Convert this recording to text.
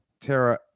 Tara